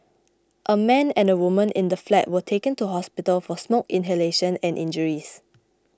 a man and a woman in the flat were taken to hospital for smoke inhalation and injuries